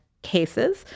cases